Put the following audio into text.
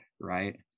right